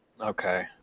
Okay